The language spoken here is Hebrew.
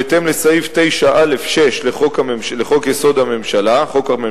בהתאם לסעיף 9(א)(6) לחוק הממשלה,